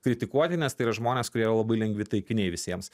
kritikuoti nes tai yra žmonės kurie labai lengvi taikiniai visiems